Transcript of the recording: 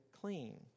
clean